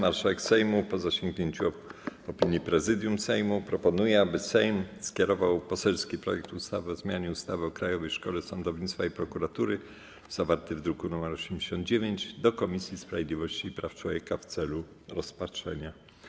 Marszałek Sejmu, po zasięgnięciu opinii Prezydium Sejmu, proponuje, aby Sejm skierował poselski projekt ustawy o zmianie ustawy o Krajowej Szkole Sądownictwa i Prokuratury, zawarty w druku nr 89, do Komisji Sprawiedliwości i Praw Człowieka w celu rozpatrzenia.